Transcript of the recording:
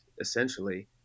essentially